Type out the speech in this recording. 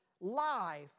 life